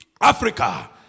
Africa